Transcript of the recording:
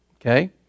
Okay